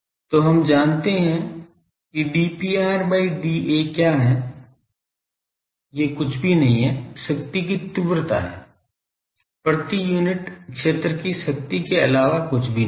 तो हम जानते हैं कि dPr by dA क्या है कुछ भी नहीं है शक्ति की तीव्रता है प्रति यूनिट क्षेत्र की शक्ति के अलावा कुछ भी नहीं है